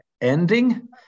ending